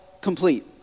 complete